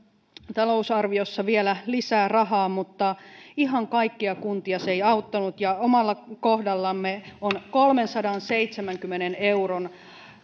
talousarviossa vielä lisää rahaa mutta ihan kaikkia kuntia se ei auttanut omalla kohdallamme on kolmensadanseitsemänkymmenen euron